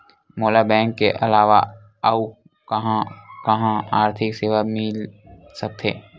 मोला बैंक के अलावा आऊ कहां कहा आर्थिक सेवा मिल सकथे?